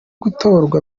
gutorwa